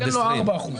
תן לו ארבעה אחוזים.